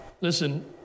Listen